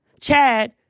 Chad